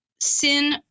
Sin